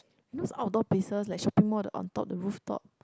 those outdoor places like shopping mall the on top the rooftop